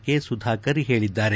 K Sudhakar ಹೇಳಿದ್ದಾರೆ